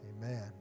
Amen